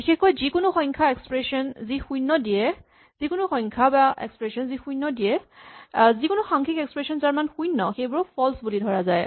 বিশেষকৈ যিকোনো সংখ্যা এক্সপ্ৰেচন যি শূণ্য দিয়ে যিকোনো সাংখ্যিক এক্সপ্ৰেচন যাৰ মান শূণ্য সেইবোৰক ফল্চ বুলি ধৰা যায়